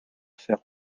faire